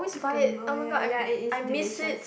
chicken oh ya ya it is delicious